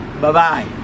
Bye-bye